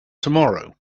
tomorrow